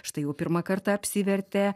štai jau pirmą kartą apsivertė